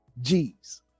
G's